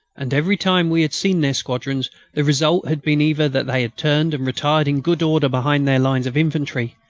and every time we had seen their squadrons the result had been either that they had turned and retired in good order behind their lines of infantry,